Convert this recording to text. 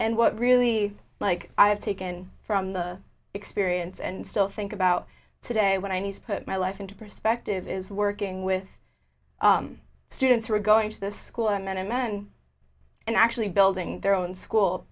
and what really like i've taken from the experience and still think about today when i need to put my life into perspective is working with students who are going to this school i met a man and actually building their own school